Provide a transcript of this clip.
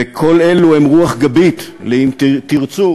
וכל אלו הם רוח גבית ל"אם תרצו"